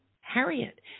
Harriet